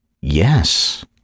Yes